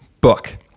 Book